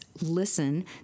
Listen